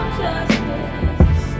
justice